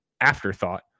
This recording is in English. afterthought